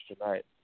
tonight